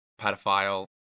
pedophile